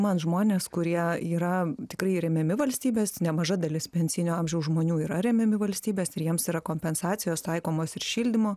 man žmonės kurie yra tikrai remiami valstybės nemaža dalis pensijinio amžiaus žmonių yra remiami valstybės ir jiems yra kompensacijos taikomos ir šildymo